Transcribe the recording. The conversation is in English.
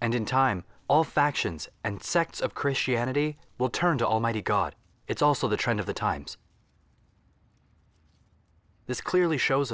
and in time all factions and sects of christianity will turn to almighty god it's also the trend of the times this clearly shows